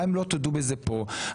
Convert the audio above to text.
גם אם לא תודו בזה כאן,